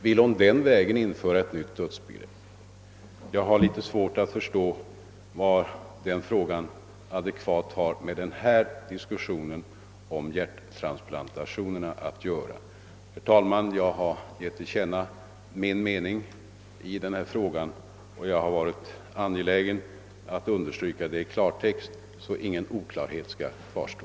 Vill fru Kristensson på denna väg införa ett nytt dödsbegrepp? Jag har svårt att förstå vad den sistnämnda frågan strängt taget har med vår diskussion om hjärttransplantationerna att göra. Herr talman! Jag har gett till känna min mening i denna fråga, och jag har varit angelägen om att understryka den i klartext så att ingen oklarhet skall kvarstå.